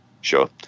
sure